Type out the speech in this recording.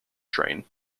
train